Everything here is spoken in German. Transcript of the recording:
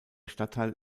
stadtteil